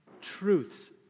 truths